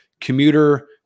commuter